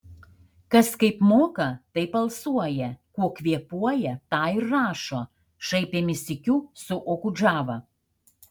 kas kaip moka taip alsuoja kuo kvėpuoja tą ir rašo šaipėmės sykiu su okudžava